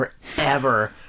forever